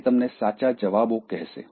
તે તમને સાચા જવાબો કહેશે